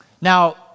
Now